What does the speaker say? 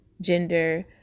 gender